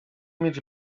mieć